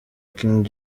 king